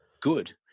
good